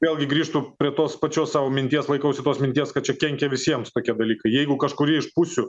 vėlgi grįžtu prie tos pačios savo minties laikausi tos minties kad čia kenkia visiems tokie dalykai jeigu kažkuri iš pusių